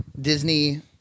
Disney